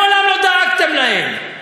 מעולם לא דאגתם להם.